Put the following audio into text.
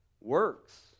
works